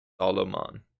Solomon